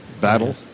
battle